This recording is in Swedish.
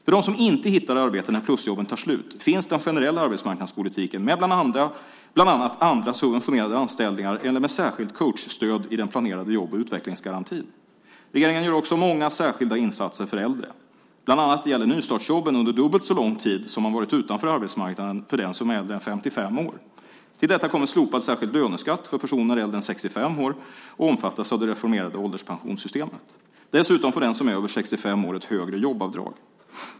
För dem som inte hittar arbete när plusjobben tar slut finns den generella arbetsmarknadspolitiken med bland annat andra subventionerade anställningar eller särskilt coachstöd i den planerade jobb och utvecklingsgarantin. Regeringen gör också många särskilda insatser för äldre. Bland annat gäller nystartsjobben under dubbelt så lång tid som man varit utanför arbetsmarknaden för den som är äldre än 55 år. Till detta kommer slopad särskild löneskatt för personer som är äldre än 65 år och omfattas av det reformerade ålderspensionssystemet. Dessutom får den som är över 65 år ett högre jobbavdrag.